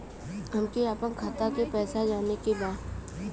हमके आपन खाता के पैसा जाने के बा